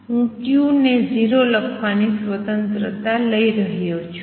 હું q ને 0 લખવાની સ્વતંત્રતા લઈ રહ્યો છું